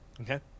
Okay